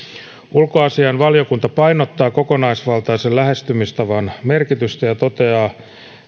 ulkoasiainvaliokunta painottaa kokonaisvaltaisen lähestymistavan merkitystä ja toteaa